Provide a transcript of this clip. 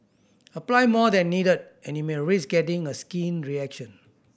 apply more than needed and you may risk getting a skin reaction